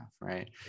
right